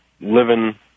living